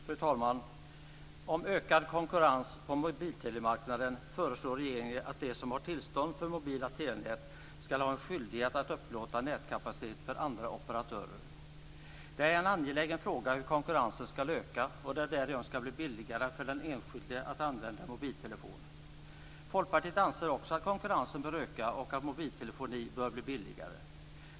Fru talman! När det gäller ökad konkurrens på mobiltelemarknaden föreslår regeringen att de som har tillstånd för mobila telenät ska ha en skyldighet att upplåta nätkapacitet för andra operatörer. Det är en angelägen fråga hur konkurrensen ska öka och det därigenom ska bli billigare för den enskilde att använda mobiltelefon. Folkpartiet anser också att konkurrensen bör öka och att mobiltelefoni bör bli billigare.